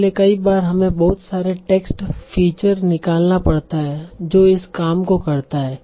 इसलिए कई बार हमें बहुत सारे टेक्स्ट फीचर निकालना पड़ता है जो इस काम को करता है